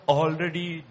already